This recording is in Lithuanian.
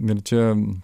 ir čia